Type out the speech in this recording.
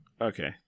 Okay